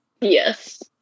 yes